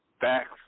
facts